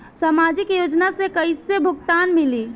सामाजिक योजना से कइसे भुगतान मिली?